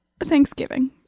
Thanksgiving